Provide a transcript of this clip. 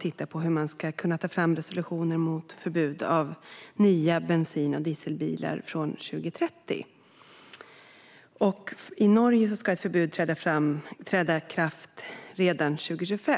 tittar på hur man kan ta fram resolutioner för förbud av nya bensin och dieselbilar från 2030. I Norge ska ett förbud träda i kraft redan 2025.